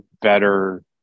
better